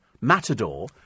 matador